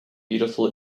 beautiful